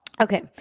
Okay